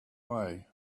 way